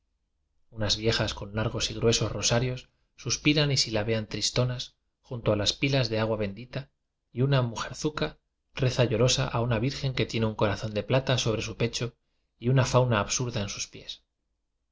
unas viejas con largos y gruesos rosarios suspiran y abean tristonas junto a las pilas de agua dita y una mujerzuca reza llorosa a una sen que tiene un corazón de plata sobre pecho y una fauna absurda en sus pies